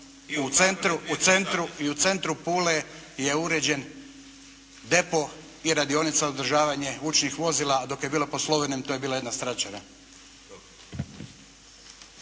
Kajin i u centru Pule je uređen depo i radionica održavanje vučnih vozila, a dok je bila pod Slovenijom to je bila jedna straćara.